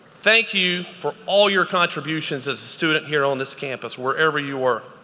thank you for all your contributions as a student here on this campus wherever you were.